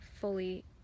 fully